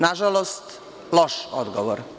Nažalost, loš odgovor.